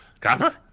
Copper